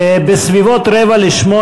בסביבות 19:45,